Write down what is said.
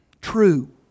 true